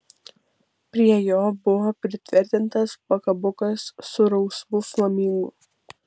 prie jo buvo pritvirtintas pakabukas su rausvu flamingu